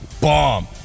bomb